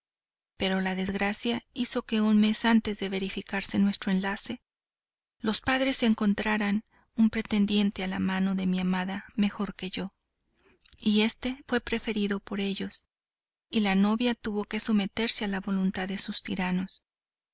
pero la desgracia hizo que un mes antes de verificarse nuestro enlace los padres encontrasen un pretendiente a la mano de mi amada mejor que yo y este me fue preferido por ellos y la novia tuvo que someterse a la voluntad de sus tiranos